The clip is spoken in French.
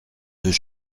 deux